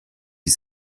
sie